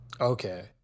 Okay